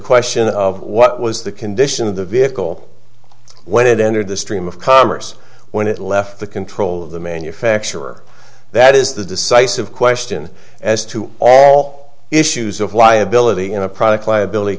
question of what was the condition of the vehicle when it entered the stream of commerce when it left the control of the manufacturer that is the decisive question as to all issues of liability in a product liability